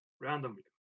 randomly